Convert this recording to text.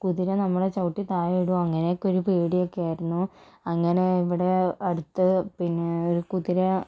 കുതിര നമ്മളെ ചവിട്ടി താഴെ ഇടുമോ അങ്ങനെയൊക്കെ ഒരു പേടിയൊക്കെ ആയിരുന്നു അങ്ങനെ ഇവിടെ അടുത്ത് പിന്നെ ഒരു കുതിര